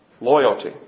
Loyalty